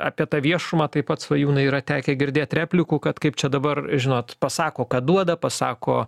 apie tą viešumą taip pat svajūnai yra tekę girdėti replikų kad kaip čia dabar žinot pasako kad duoda pasako